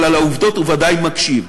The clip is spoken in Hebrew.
אבל לעובדות הוא בוודאי מקשיב.